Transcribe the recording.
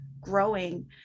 growing